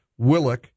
Willick